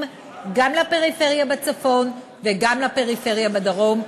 גם לפריפריה בצפון וגם לפריפריה בדרום.